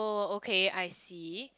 oh okay I see